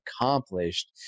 accomplished